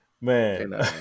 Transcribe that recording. man